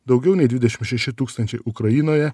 daugiau nei dvidešim šeši tūkstančiai ukrainoje